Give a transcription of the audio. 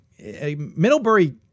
Middlebury